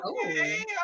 okay